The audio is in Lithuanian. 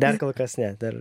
dar kol kas ne dar